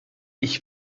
ich